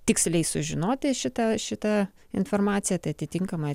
tiksliai sužinoti šitą šitą informaciją tai atitinkamai